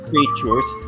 Creatures